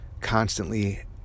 constantly